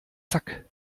zack